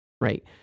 right